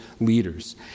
leaders